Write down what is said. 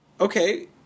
okay